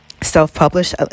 self-published